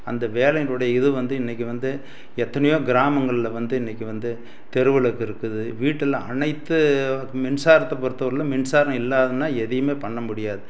அந்த வேலையினுடைய இது வந்து இன்றைக்கு வந்து எத்தனையோ கிராமங்களில் வந்து இன்றைக்கு வந்து தெரு விளக்கு இருக்குது வீட்டில் அனைத்து மின்சாரத்தை பொறுத்தவரையிலும் மின்சாரம் இல்லாததுன்னால் எதையுமே பண்ண முடியாது